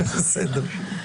וסדר,